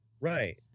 Right